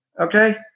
okay